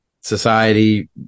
society